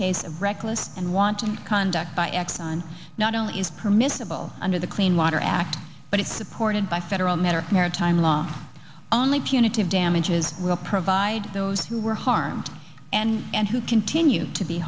of reckless and wanton conduct by exxon not only is permissible under the clean water act but it's supported by federal matter maritime law only punitive damages will provide those who were harmed and who continue to be